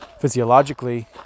physiologically